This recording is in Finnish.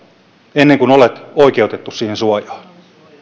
ennen kuin olet oikeutettu siihen suojaan